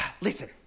listen